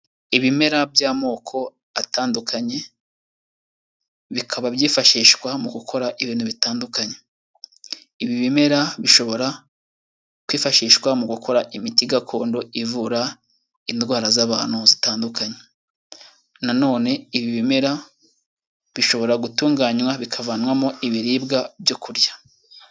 Ibimera by'amoko atandukanye, bikaba byifashishwa mu gukora ibintu bitandukanye. Ibi bimera bishobora kwifashishwa mu gukora imiti gakondo ivura indwara z'abantu zitandukanye. Nanone ibi bimera, bishobora gutunganywa bikavanwamo ibiribwa byo kurya